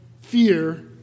fear